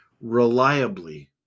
reliably